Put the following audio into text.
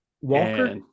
walker